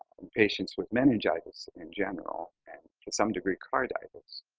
and patients with meningitis in general, and to some degree carditis,